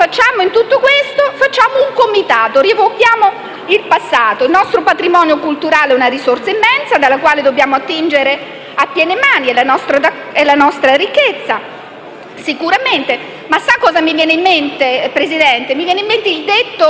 facciamo noi in tutto questo? Istituiamo un comitato e rievochiamo il passato. Il nostro patrimonio culturale è una risorsa immensa, dalla quale dobbiamo attingere a piene mani. È la nostra ricchezza, sicuramente. Ma sa cosa mi viene in mente, signor Presidente? Mi viene in mente il detto